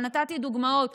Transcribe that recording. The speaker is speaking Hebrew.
אבל נתתי דוגמאות.